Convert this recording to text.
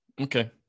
Okay